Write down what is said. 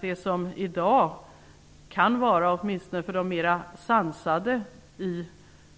Det som i dag kan vara något av ett skräckscenario -- åtminstone för de mer sansade i